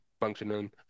functioning